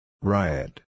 Riot